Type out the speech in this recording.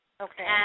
Okay